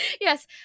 Yes